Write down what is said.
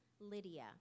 Lydia